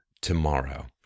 tomorrow